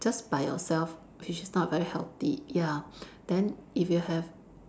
just by yourself which is not very healthy ya then if you have